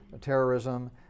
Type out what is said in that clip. terrorism